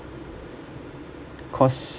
because